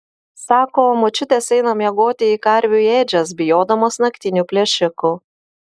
sako močiutės eina miegoti į karvių ėdžias bijodamos naktinių plėšikų